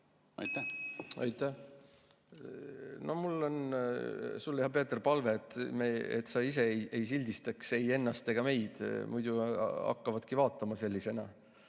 meile." Aitäh! Mul on sulle, hea Peeter, palve, et sa ise ei sildistaks ei ennast ega meid, muidu hakkavadki vaatama sellisena.